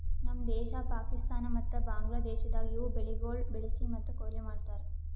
ನಮ್ ದೇಶ, ಪಾಕಿಸ್ತಾನ ಮತ್ತ ಬಾಂಗ್ಲಾದೇಶದಾಗ್ ಇವು ಬೆಳಿಗೊಳ್ ಬೆಳಿಸಿ ಮತ್ತ ಕೊಯ್ಲಿ ಮಾಡ್ತಾರ್